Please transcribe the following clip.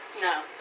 No